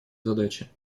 задачи